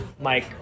Mike